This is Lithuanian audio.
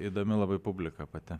įdomi labai publika pati